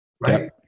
right